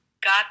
got